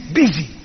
busy